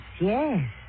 yes